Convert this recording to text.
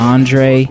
Andre